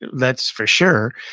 that's for sure,